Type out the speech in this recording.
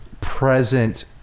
present